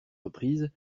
reprises